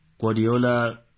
Guardiola